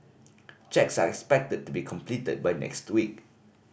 checks are expected to be completed by next week